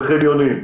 וחניונים.